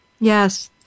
yes